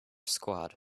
squad